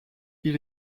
elle